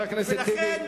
ולכן,